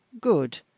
good